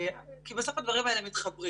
כי בסוף הדברים האלה מתחברים,